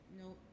no